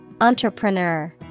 Entrepreneur